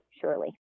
surely